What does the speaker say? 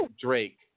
Drake